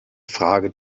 frage